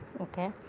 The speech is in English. okay